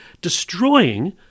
destroying